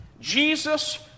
Jesus